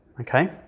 okay